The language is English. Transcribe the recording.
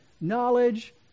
knowledge